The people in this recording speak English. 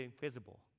visible